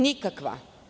Nikakva.